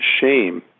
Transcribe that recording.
shame